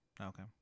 Okay